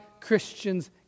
Christians